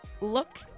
look